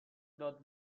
داد